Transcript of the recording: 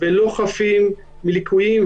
ולא חפים מליקויים,